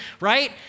right